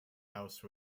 house